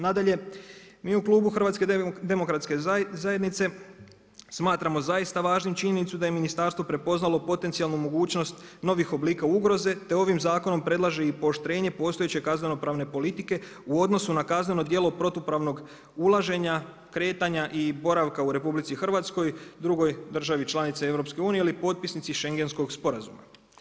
Nadalje, mi u klubu HDZ-a smatramo zaista važnim činjenicu da je ministarstvo prepoznalo potencijalnu mogućnost novih oblika ugroze te ovim zakonom predlaže i pooštrenje postojećeg kazneno-pravne politike u odnosu na kazneno djelo protupravnog ulaženja, kretanja i boravka u RH, drugoj državi članici EU-a ili potpisnici Schengenskog sporazuma.